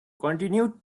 continued